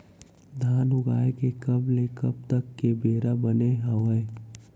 धान उगाए के कब ले कब तक के बेरा बने हावय?